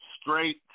Straight